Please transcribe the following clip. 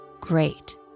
Great